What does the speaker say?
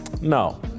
No